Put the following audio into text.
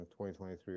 2023